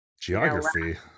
Geography